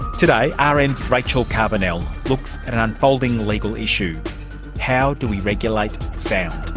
today ah rn's rachel carbonell looks at an unfolding legal issue how do we regulate sound?